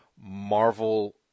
Marvel